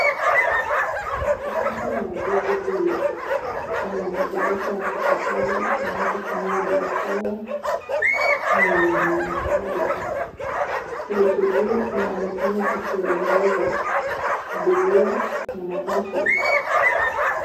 Katikati mwa jiji hili kuna maghorofa ya kifahari yanapofanyiwa biashara na kadhalika. Polisi huyu anaonekana akiwaongoza abiria na mabasi.